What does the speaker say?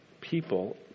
people